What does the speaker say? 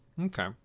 Okay